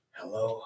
hello